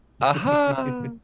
Aha